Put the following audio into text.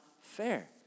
fair